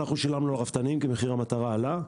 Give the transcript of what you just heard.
אנחנו הרפתנים שילמנו כי מחיר המטרה עלה,